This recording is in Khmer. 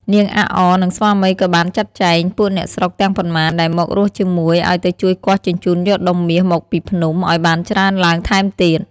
នាងអាក់អ និង ស្វាមី ក៏បានចាត់ចែង ពួកអ្នកស្រុកទាំងប៉ុន្មាន ដែលមករស់ជាមួយ ឲ្យទៅជួយគាស់ជញ្ជូនយកដុំមាសមកពីភ្នំ ឲ្យបានច្រើនឡើងថែមទៀត។